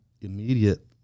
immediate